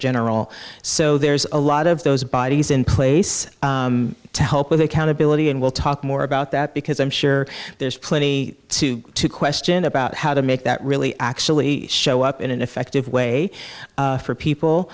general so there's a lot of those bodies in place to help with accountability and we'll talk more about that because i'm sure there's plenty to question about how to make that really actually show up in an effective way for